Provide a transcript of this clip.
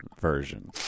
version